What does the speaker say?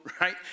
right